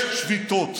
יש שביתות.